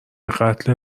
قتل